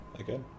Okay